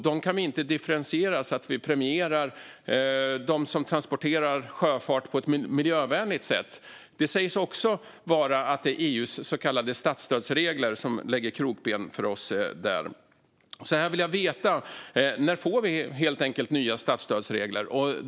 Dem kan vi inte differentiera, så att vi premierar dem som transporterar med sjöfart på ett miljövänligt sätt. Det sägs vara EU:s så kallade statsstödsregler som lägger krokben för oss även där. När får vi nya statsstödsregler?